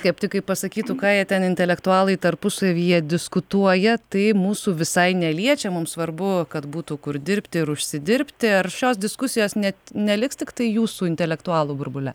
skeptikai pasakytų ką jie ten intelektualai tarpusavyje diskutuoja tai mūsų visai neliečia mums svarbu kad būtų kur dirbti ir užsidirbti ar šios diskusijos net neliks tiktai jūsų intelektualų burbule